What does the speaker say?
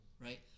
right